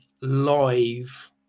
live